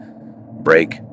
break